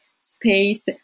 space